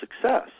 success